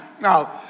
Now